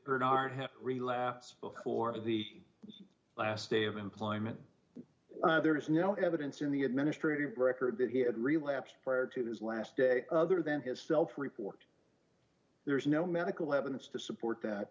just relax before the last day of employment there is no evidence in the administrative record that he had relapsed prior to his last day other than his self report there's no medical evidence to support that